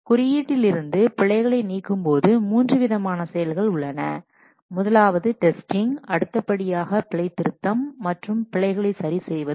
குறியீட்டில் இருந்து பிழைகளை நீக்கும்போது மூன்று விதமான செயல்கள் உள்ளன முதலாவது டெஸ்டிங் அடுத்தபடியாக பிழை திருத்தம் மற்றும் பிழைகளை சரி செய்வது